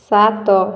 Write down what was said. ସାତ